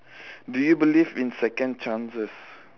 do you believe in second chances